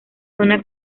zona